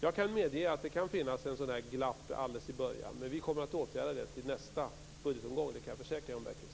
Jag kan medge att det kan finnas ett glapp alldeles i början, men vi kommer att åtgärda detta till nästa budgetomgång. Det kan jag försäkra Jan Bergqvist.